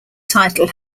title